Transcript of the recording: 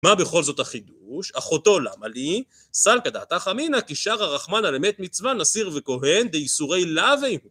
מה בכל זאת החידוש אחותו למה לי סלקא דעתך אמינה כי שרא רחמנא למת מצווה נזיר וכהן דייסורי לאו